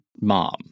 mom